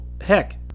heck